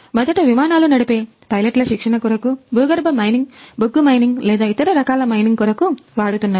మొదట విమానాలు నడిపే పైలట్ల శిక్షణ కొరకు భూగర్భ మైనింగ్ బొగ్గు మైనింగ్ లేదా ఇతర రకాల మైనింగ్ కొరకు వాడుతున్నారు